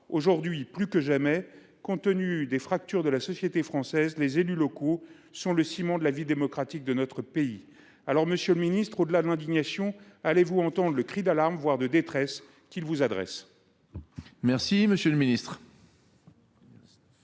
Aujourd’hui, plus que jamais, compte tenu des fractures de la société française, les élus locaux sont le ciment de la vie démocratique de notre pays. Monsieur le ministre délégué, au delà de l’indignation, entendrez vous le cri d’alarme, voire de détresse qu’ils vous adressent